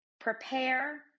prepare